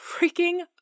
freaking